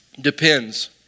depends